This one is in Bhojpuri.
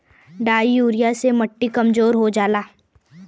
डाइ यूरिया से मट्टी कमजोर हो जाला